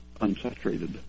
unsaturated